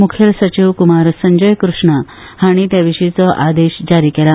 मुखेल सचिव कुमार संजय कृष्णा हाणी तेविशीचो आदेश जारी केला